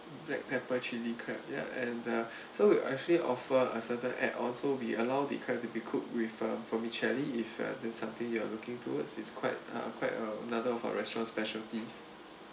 black pepper chili crab yeah and the so we actually offer a certain add on so we allow the crab to be cook with a vermicelli if uh there's something you are looking towards it's quite quite uh another of our restaurant specialities